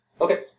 Okay